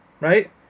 right